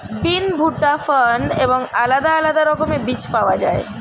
বিন, ভুট্টা, ফার্ন এবং আলাদা আলাদা রকমের বীজ পাওয়া যায়